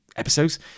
episodes